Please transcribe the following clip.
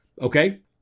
Okay